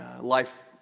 life